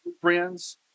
friends